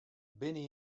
binne